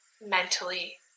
mentally